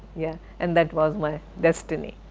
yeah. and that was my destiny.